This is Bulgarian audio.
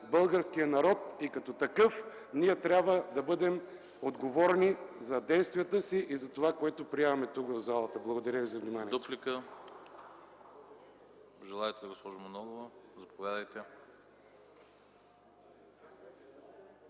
българския народ. Като такива ние трябва да бъдем отговорни за действията си и за това, което приемаме тук, в залата. Благодаря Ви за вниманието.